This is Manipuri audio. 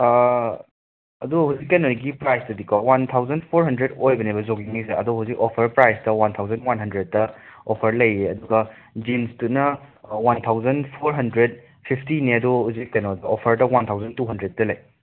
ꯑꯗꯣ ꯍꯧꯖꯤꯛ ꯀꯩꯅꯣꯒꯤ ꯄ꯭ꯔꯥꯏ꯭ꯖꯇꯨꯗꯤꯀꯣ ꯋꯥꯟ ꯊꯥꯎꯖꯟ ꯐꯣꯔ ꯍꯟꯗ꯭ꯔꯦꯗ ꯑꯣꯏꯕꯅꯦꯕ ꯖꯣꯒꯤꯡꯒꯤꯁꯦ ꯑꯗꯣ ꯍꯧꯖꯤꯛ ꯑꯣꯐꯔ ꯄ꯭ꯔꯥꯏ꯭ꯖꯇ ꯋꯥꯟ ꯊꯥꯎꯖꯟ ꯋꯥꯟ ꯍꯟꯗ꯭ꯔꯦꯗꯇ ꯑꯣꯐꯔ ꯂꯩꯌꯦ ꯑꯗꯨꯒ ꯖꯤꯟ꯭ꯁꯇꯨꯅ ꯋꯥꯟ ꯊꯥꯎꯖꯟ ꯐꯣꯔ ꯍꯟꯗ꯭ꯔꯦꯗ ꯐꯤꯐꯇꯤꯅꯦ ꯑꯗꯣ ꯍꯧꯖꯤꯛ ꯀꯩꯅꯣ ꯑꯣꯐꯔꯗ ꯋꯥꯟ ꯊꯥꯎꯖꯟ ꯇꯨ ꯍꯟꯗ꯭ꯔꯦꯗꯇ ꯂꯩ